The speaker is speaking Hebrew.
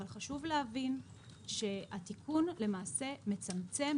אבל חשוב להבין שהתיקון למעשה מצמצם,